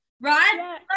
right